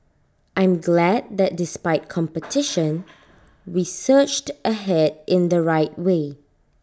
I'm glad that despite competition we surged ahead in the right way